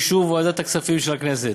באישור ועדת הכספים של הכנסת,